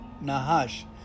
Nahash